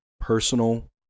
personal